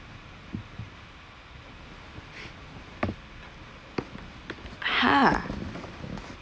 !huh!